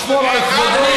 תשמור על כבודו,